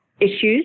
issues